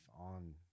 on